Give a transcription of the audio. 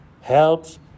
helps